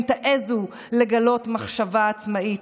אם תעזו לגלות מחשבה עצמאית,